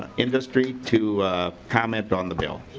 industry to comment on the bill.